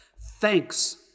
Thanks